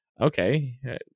Okay